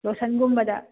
ꯂꯣꯁꯟꯒꯨꯝꯕꯗ